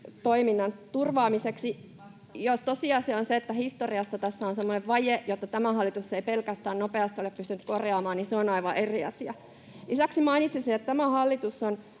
kaikki hyvin!] Jos tosiasia on se, että historiassa tässä on semmoinen vaje, jota pelkästään tämä hallitus ei ole pystynyt nopeasti korjaamaan, niin se on aivan eri asia. Lisäksi mainitsisin, että tämä hallitus on